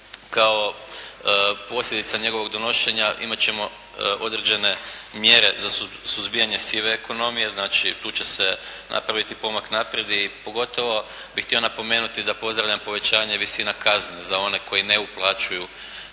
kao posljedica njegovog donošenja, imati ćemo određene mjere za suzbijanje sive ekonomije, znači tu će se napraviti pomak naprijed i pogotovo bi htio napomenuti da pozdravljam povećanje visina kazne za one koji ne uplaćuju